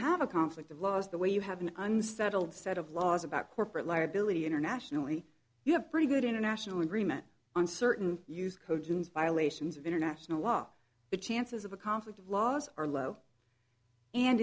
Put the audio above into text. have a conflict of laws the way you have an unsettled set of laws about corporate liability internationally you have pretty good international agreement on certain use cogent violations of international law the chances of a conflict of laws are low and